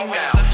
now